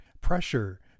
pressure